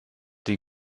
die